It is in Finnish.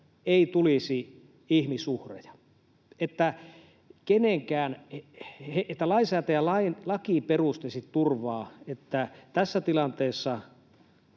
ei tulisi ihmisuhreja. Että lainsäätäjä lakiperusteisesti turvaa, että tässä tilanteessa,